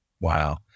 wow